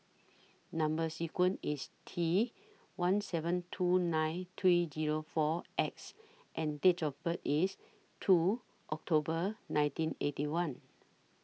Number sequence IS T one seven two nine three Zero four X and Date of birth IS two October nineteen Eighty One